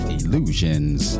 Illusions